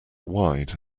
wide